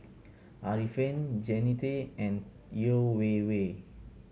Arifin Jannie Tay and Yeo Wei Wei